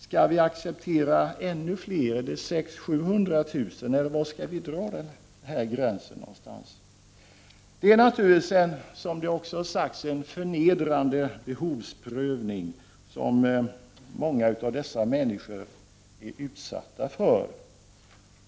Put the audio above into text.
Skall vi acceptera att det blir ännu fler människor som berörs, kanske 600 000 — 700 000, eller var skall vi dra gränsen? Det är naturligtvis, som det också har sagts, en förnedrande behovsprövning som många av dessa människor blir utsatta för.